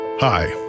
Hi